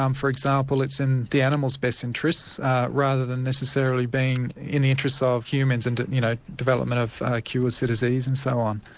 um for example, it's in the animals' best interests rather than necessarily being in the interests ah of humans, and you know development of cures for disease and so on.